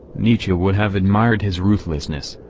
nietzsche would have admired his ruthlessness,